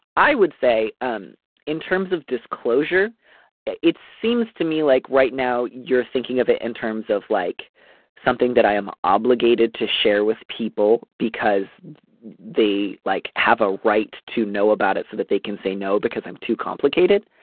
i would say um in terms of disclosure it it seems to me like right now you're thinking of it in terms of like something that i am obligated to share with people because the like have a right to know about it so that they can say no because i'm too complicated.